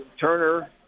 Turner